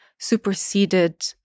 superseded